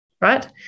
right